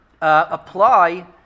apply